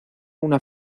una